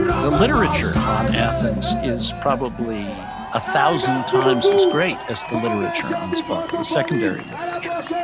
the literature on athens is probably a thousand times as great as the literature on sparta, the secondary literature,